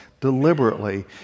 deliberately